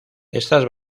estas